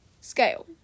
Scale